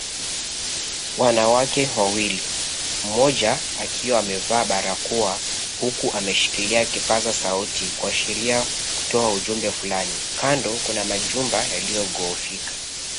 Wanawake wawili, mmoja akiwa amevaa barakoa huku ameshikilia kipaza sauti kuashiria kutoa ujumbe fulani. Kando kuna majumba yaliyogoofika.